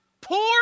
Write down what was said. Poor